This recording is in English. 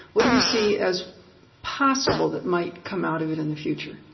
what do you see as possible that might come out of it in the future?